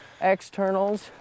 externals